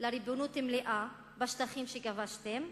לריבונות מלאה בשטחים שכבשתם,